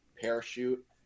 parachute